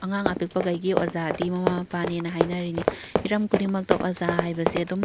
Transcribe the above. ꯑꯉꯥꯡ ꯑꯄꯤꯛꯄꯒꯩꯒꯤ ꯑꯣꯖꯥꯗꯤ ꯃꯃꯥ ꯄꯥꯅꯤꯅ ꯍꯥꯏꯅꯔꯤꯅꯤ ꯍꯤꯔꯝ ꯈꯨꯗꯤꯡꯃꯛꯇ ꯑꯣꯖꯥ ꯍꯥꯏꯕꯁꯦ ꯑꯗꯨꯝ